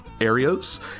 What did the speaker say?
areas